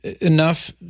enough